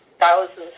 thousands